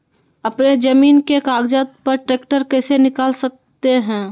अपने जमीन के कागज पर ट्रैक्टर कैसे निकाल सकते है?